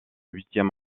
huitième